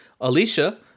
alicia